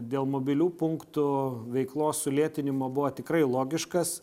dėl mobilių punktų veiklos sulėtinimo buvo tikrai logiškas